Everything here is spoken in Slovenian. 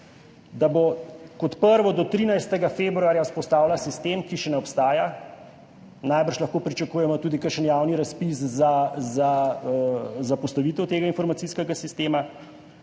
da bo kot prvo do 13. februarja vzpostavila sistem, ki še ne obstaja, najbrž lahko pričakujemo tudi kakšen javni razpis za postavitev tega informacijskega sistema.